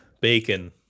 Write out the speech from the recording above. bacon